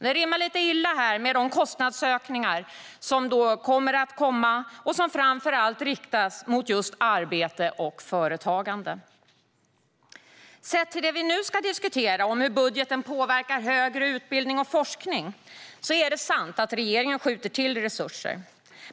Det rimmar dock lite illa med de kostnadsökningar som kommer att komma och som framför allt riktas mot just arbete och företagande. Sett till det vi nu ska diskutera om hur budgeten påverkar högre utbildning och forskning är det sant att regeringen skjuter till resurser.